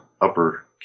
upper